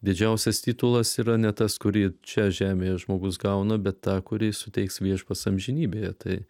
didžiausias titulas yra ne tas kurį čia žemėje žmogus gauna bet tą kurį suteiks viešpats amžinybėje tai